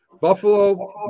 Buffalo